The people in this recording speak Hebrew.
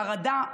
חרדה,